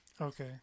Okay